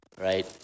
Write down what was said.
Right